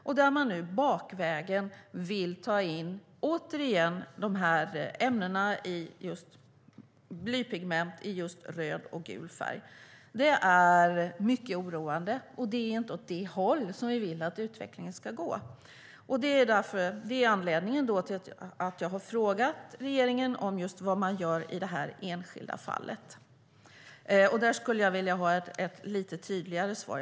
Där vill man nu bakvägen återigen ta in dessa ämnen, blypigment i just röd och gul färg. Det är mycket oroande, och det är inte åt det håll som vi vill att utvecklingen ska gå. Det är anledningen till att jag har frågat regeringen vad man gör i det här enskilda fallet. Jag skulle vilja ha ett lite tydligare svar.